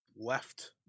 left